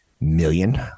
million